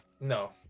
no